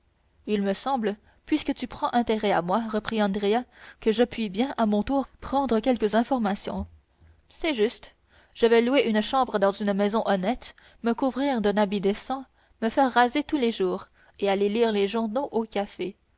il me semble puisque tu prends intérêt à moi reprit andrea que je puis bien à mon tour prendre quelques informations c'est juste je vais louer une chambre dans une maison honnête me couvrir d'un habit décent me faire raser tous les jours et aller lire les journaux au café